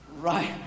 Right